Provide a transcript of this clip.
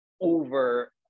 over